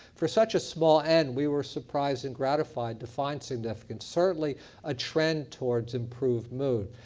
for such a small and we were surprised and gratified to find significant, certainly a trend towards improved mood.